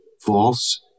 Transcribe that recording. False